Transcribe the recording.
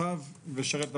לצאת מפה וללכת למשרד,